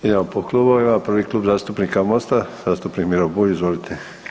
Idemo po klubovima, prvi Klub zastupnika MOST-a, zastupnik Miro Bulj, izvolite.